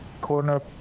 corner